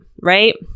right